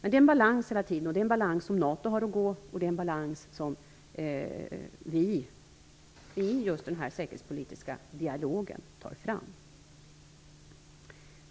Det är hela tiden en balansgång för NATO, och en balans som vi som deltar i den säkerhetspolitiska dialogen tar fram.